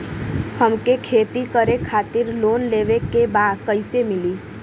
हमके खेती करे खातिर लोन लेवे के बा कइसे मिली?